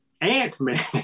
Ant-Man